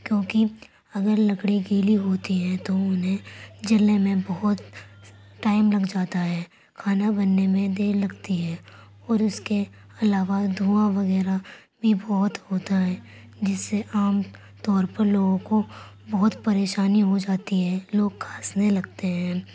کیونکہ اگر لکڑی گیلی ہوتی ہے تو اُنہیں جلنے میں بہت ٹائم لگ جاتا ہے کھانا بننے میں دیر لگتی ہے اور اُس کے علاوہ دھواں وغیرہ بھی بہت ہوتا ہے جس سے عام طور پر لوگوں کو بہت پریشانی ہو جاتی ہے لوگ کھانسنے لگتے ہیں